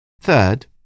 Third